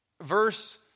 verse